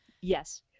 Yes